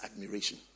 admiration